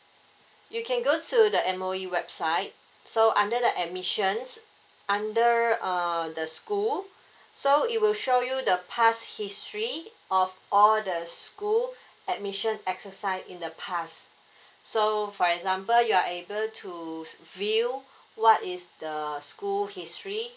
you can go to the M_O_E website so under the admissions under err the school so it will show you the past history of all the school admission exercise in the past so for example you are able to view what is the school history